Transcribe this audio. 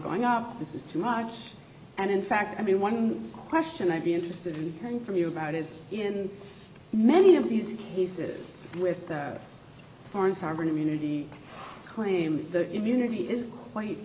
going up this is too much and in fact i mean one question i'd be interested in knowing from you about is in many of these cases with foreign sovereign immunity claim that immunity is quite